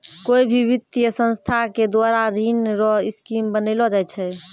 कोय भी वित्तीय संस्था के द्वारा ऋण रो स्कीम बनैलो जाय छै